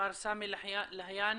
מר להיאני.